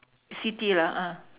city lah ah